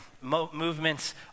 Movements